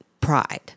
pride